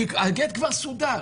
כי הגט כבר סודר.